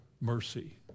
mercy